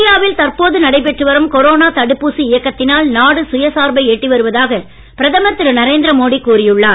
இந்தியாவில் தற்போது நடைபெற்று வரும் கொரோனா தடுப்பூசி இயக்கத்தினால் நாடு சுயசார்பை எட்டி வருவதாக பிரதமர் திரு நரேந்திர மோடி கூறி உள்ளார்